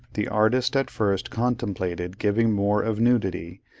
the artist at first contemplated giving more of nudity,